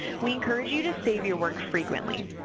we encourage you to save your work frequently.